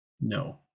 No